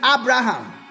Abraham